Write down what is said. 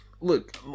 Look